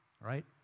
right